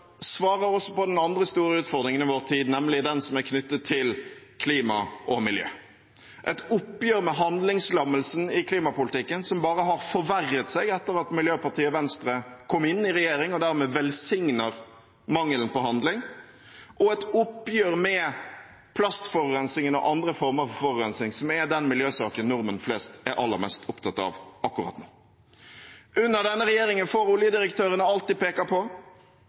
svarer også på den andre store utfordringen i vår tid, nemlig den som er knyttet til klima og miljø – et oppgjør med handlingslammelsen i klimapolitikken som bare har forverret seg etter at miljøpartiet Venstre kom inn i regjering, og dermed velsigner mangelen på handling, og et oppgjør med plastforurensningen og andre former for forurensning, som er den miljøsaken som nordmenn flest er aller mest opptatt av akkurat nå. Under denne regjeringen får oljedirektørene alt de peker på.